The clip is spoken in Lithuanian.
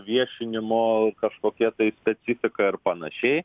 viešinimo kažkokia tai specifika ir panašiai